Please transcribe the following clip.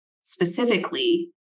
specifically